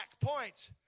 points